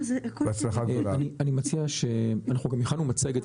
הכנו מצגת.